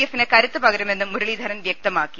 എഫിന് കരുത്ത് പകരു മെന്നും മുരളീധരൻ വ്യക്തമാക്കി